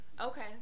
Okay